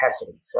capacity